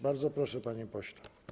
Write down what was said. Bardzo proszę, panie pośle.